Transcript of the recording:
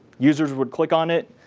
users would click on it,